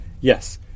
Yes